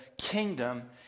kingdom